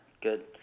good